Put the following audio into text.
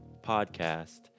Podcast